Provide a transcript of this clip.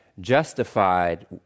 justified